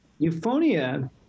Euphonia